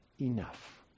enough